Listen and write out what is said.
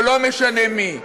או לא משנה מי,